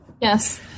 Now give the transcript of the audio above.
Yes